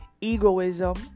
egoism